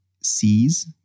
sees